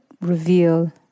reveal